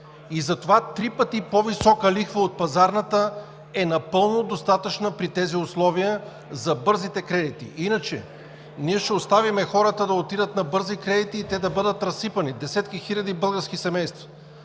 Затова три пъти по-висока лихва от пазарната е напълно достатъчна при тези условия за бързите кредити. Иначе ние ще оставим хората да отидат на бързи кредити и те да бъдат разсипани – десетки хиляди български семейства.